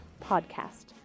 podcast